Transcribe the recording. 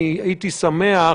אני הייתי שמח,